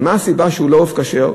מה הסיבה שהוא לא עוף כשר,